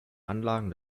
anlagen